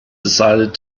decided